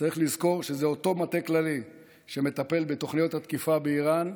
צריך לזכור שזה אותו מטה כללי שמטפל בתוכניות התקיפה באיראן,